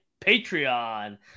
Patreon